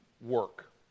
work